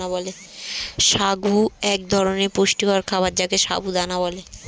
সাগু এক ধরনের পুষ্টিকর খাবার যাকে সাবু দানা বলে